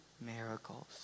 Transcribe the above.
miracles